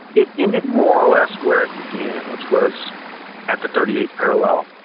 it ended more or less where it began which was at the thirty eighth parallel.